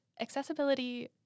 accessibility